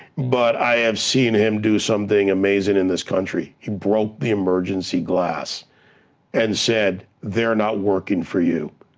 but i have seen him do something amazing in this country. he broke the emergency glass and said, they're not working for you.